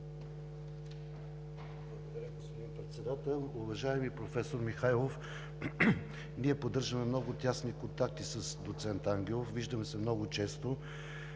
Благодаря, господин Председател. Уважаеми професор Михайлов, ние поддържаме много тесни контакти с доцент Ангелов, виждаме се много често.